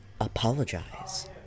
apologize